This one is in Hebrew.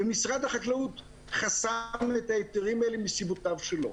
ומשרד החקלאות חסם את ההיתרים האלה מסיבותיו שלו.